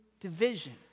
division